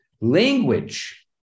Language